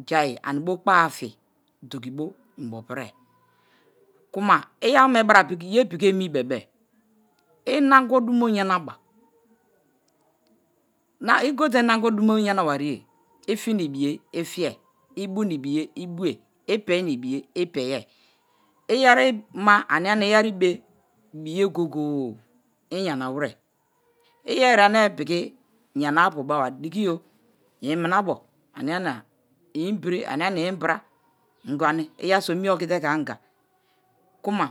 i̱ai̱ ani bo̱ kpoa-a fi̱ do̱kibo̱ inbopiri-e kuma iyawome bara ye̱ piki ani̱ be̱be̱-e inagwu dumo yanaba, igote nagwu dumo yanabariye, i̱ fi̱ na ibiye i fiye i bu ni ibiye̱ i bu-e̱ i pe̱-i̱ na ibiye̱ ipe-i̱. Iyeri ma ania-nia iyeri be̱ biye̱ goye̱-goye̱ iyanawere iyieri e̱re̱ ane piki yanara apu̱ be̱ba dikiyo̱ iminabo̱ ania-ania imbere ania-ania imbara i̱ngwani̱ iyeriso mie o̱ki̱te̱ ke̱ anga-ku̱ma.